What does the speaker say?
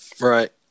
Right